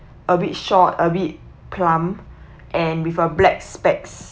a bit short a bit plump and with a black specs